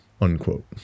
unquote